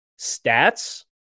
stats